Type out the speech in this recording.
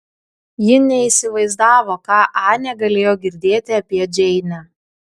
ji neįsivaizdavo ką anė galėjo girdėti apie džeinę